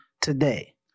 today